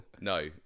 No